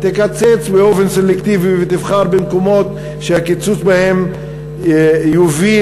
תקצץ באופן סלקטיבי ותבחר במקומות שהקיצוץ בהם יוביל